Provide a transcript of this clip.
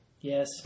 Yes